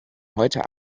heute